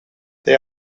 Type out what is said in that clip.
they